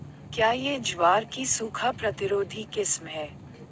क्या यह ज्वार की सूखा प्रतिरोधी किस्म है?